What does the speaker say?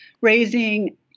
raising